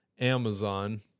Amazon